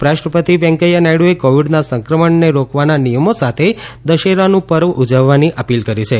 ઉપરાષ્ટ્રપતિ વેંકૈયા નાયડુએ કોવિડના સંક્રમણને રોકવાના નિયમો સાથે દશેરાનું પર્વ ઉજવવાની અપીલ કરી છે